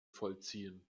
vollziehen